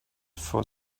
for